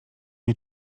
nie